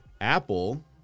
Apple